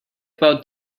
about